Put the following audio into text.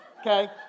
okay